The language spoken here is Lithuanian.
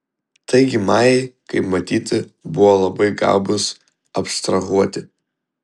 taigi majai kaip matyti buvo labai gabūs abstrahuoti